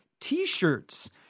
t-shirts